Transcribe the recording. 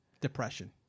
Depression